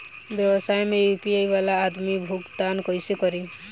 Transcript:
व्यवसाय में यू.पी.आई वाला आदमी भुगतान कइसे करीं?